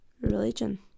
Religion